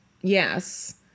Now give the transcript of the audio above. Yes